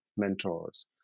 mentors